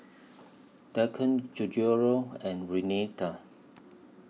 Dalton Gregorio and Renita